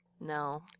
No